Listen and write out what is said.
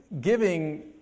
Giving